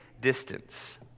distance